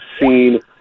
seen